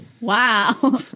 Wow